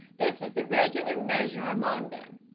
this was the regular measure among them.